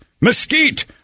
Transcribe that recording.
mesquite